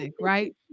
right